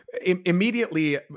immediately